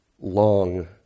long